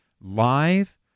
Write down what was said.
live